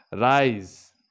Rise